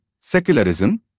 secularism